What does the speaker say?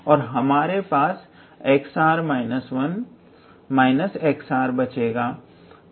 और हमारे पास 𝑥𝑟−1 𝑥𝑟 बचेगा